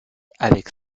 avec